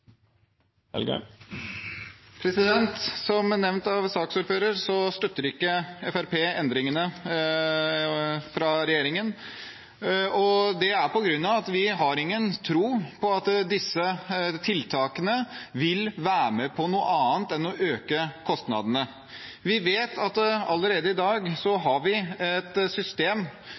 Som nevnt av saksordføreren, støtter ikke Fremskrittspartiet forslagene til endring fra regjeringen. Det er fordi vi ikke har noen tro på at disse tiltakene vil gjøre noe annet enn øke kostnadene. Vi vet at vi allerede i dag har et system